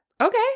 Okay